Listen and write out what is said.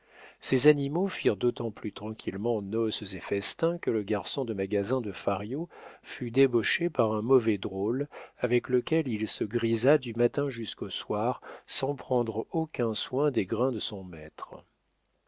ces animaux firent d'autant plus tranquillement nopces et festins que le garçon de magasin de fario fut débauché par un mauvais drôle avec lequel il se grisa du matin jusqu'au soir sans prendre aucun soin des grains de son maître